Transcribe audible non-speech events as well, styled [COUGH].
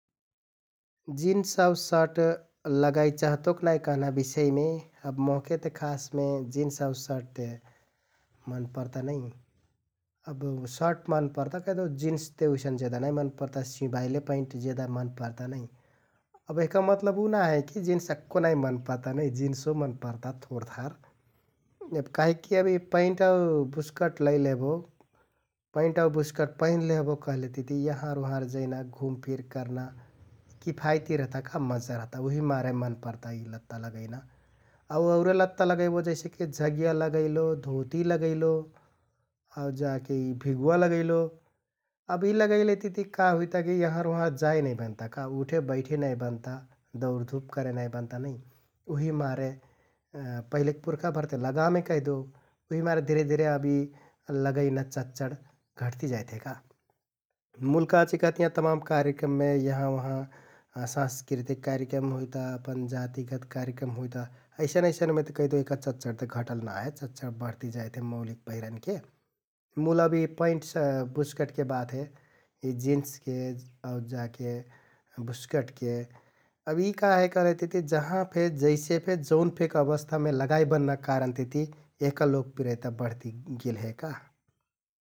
जिन्स आउ सर्ट लगाइ चहतोक नाइ कहना बिषयमे अब मोहकेत खासमे जिन्स आउ सर्त ते मन परता नै । अब [HESITATION] सर्ट मन परता कहिदेउ जिन्स ते उसइन जेदा नाइ मन परता, सिंबाइले पैन्ट जेदा मन परता नै । अब एहका मतलब उ ना हे कि जिन्स अक्को नाइ मन परता नै, जिन्सो मन परता थोर थार । अब काहिककि पैन्ट आउ बुस्कट लैलहबो, पैन्ट आउ बुस्कट पैंधलहबो कहलेतिति यहँर उहँर जैना घुमफिर करना किफाइति रहता का, मजा रहता । उहिमारे मन परता यि लत्ता लगैना आउ औरे लत्ता लगैबो जैसेकि झगिया लगैलो, धोति लगैलो आउ जाके यि भिगवा लगैलो अब यि लगैलेतिति का हुइता कि यहँर उहँर जाइ नाइ बनता का । उठे, बैठे नाइ बनता, दौरधुप करे नाइ बनता नै उहिमारे [HESITATION] पहिलेक पुर्खाभर ते लगामें कहिदेउ उहिमारे धिरे धिरे अब यि लगैना चच्चड घट्ति जाइथे का । मुल काचिकहतियाँ तमाम कार्यक्रममे यहाँ उहाँ साँस्कृतिक कार्यक्रम हुइता, अपन जातिगत कार्यक्रम हुइता । अइसन अइसनमेत एहका चच्चड घटल नाइ हे चच्चड बढ्ति जाइथे मौलिक पहिरनके मुल अब यि पैन्ट [HESITATION] बुस्कटके बात हे । यि जिन्सके आउ जाके बुस्कटके । यि का हे कहलेतिति जहाँ फे, जैसे फे, जौन फेक अवस्थामे लगाइ बन्‍ना कारणति यहका लोकप्रियता बढ्तिगेल हे का ।